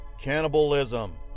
Cannibalism